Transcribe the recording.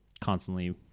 constantly